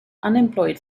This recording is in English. unemployed